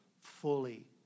Fully